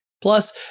Plus